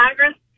Congress